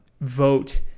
vote